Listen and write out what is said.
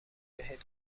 بهت